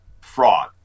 fraud